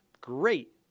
great